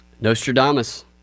nostradamus